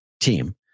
team